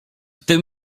tym